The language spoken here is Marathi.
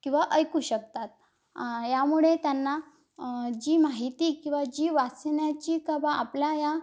किंवा ऐकू शकतात यामुळे त्यांना जी माहिती किंवा जी वाचण्याची किंवा आपल्या या